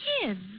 kids